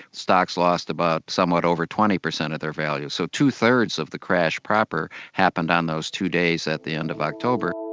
stocks lost about somewhat over twenty percent of their value. so two-thirds of the crash proper happened on those two days at the end of october.